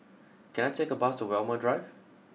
can I take a bus to Walmer Drive